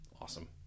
Awesome